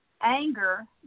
Anger